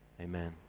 Amen